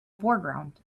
foreground